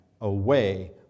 away